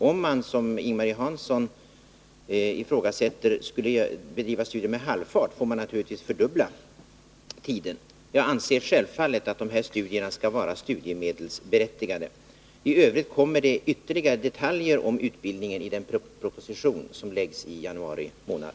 Om man, som Ing-Marie Hansson ifrågasätter, skulle bedriva studierna med halvfart får man naturligtvis fördubbla tiden. Jag anser självfallet att dessa studier skall vara studiemedelsberättigade. IT övrigt kommer ytterligare detaljer om utbildningen i den proposition som kommer att läggas fram i januari månad.